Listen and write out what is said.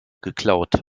geklaut